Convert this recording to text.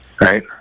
right